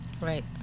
Right